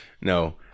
No